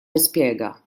nispjega